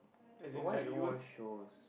but why you don't watch shows